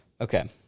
Okay